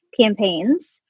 campaigns